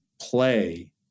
play